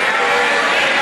הצעת